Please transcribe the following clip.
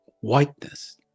whiteness